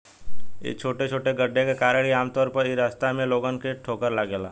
इ छोटे छोटे गड्ढे के कारण ही आमतौर पर इ रास्ता में लोगन के ठोकर लागेला